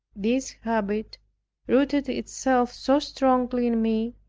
this habit rooted itself so strongly in me,